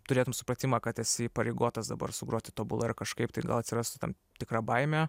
turėtum supratimą kad esi įpareigotas dabar sugroti tobulai kažkaip tai gal atsirastų ten tikra baimė